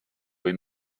või